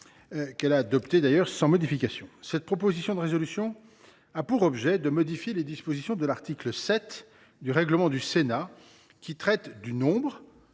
qu’elle a adoptée sans modification. Cette proposition de résolution a pour objet de modifier les dispositions de l’article 7 du règlement du Sénat, qui traite du nombre,